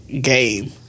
Game